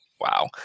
wow